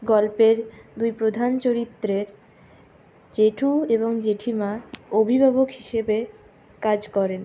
গল্পের দুই প্রধান চরিত্রের জেঠু এবং জেঠিমা অভিভাবক হিসেবে কাজ করেন